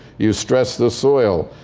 you stress the soil.